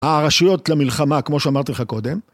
הרשויות למלחמה, כמו שאמרתי לך קודם.